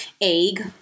egg